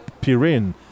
Pyrene